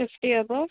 sixty above